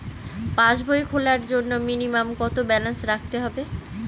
পাসবই খোলার জন্য মিনিমাম কত ব্যালেন্স রাখতে হবে?